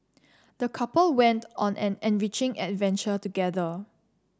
the couple went on an enriching adventure together